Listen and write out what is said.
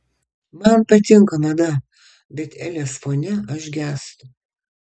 man patinka mada bet elės fone aš gęstu